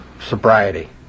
sobriety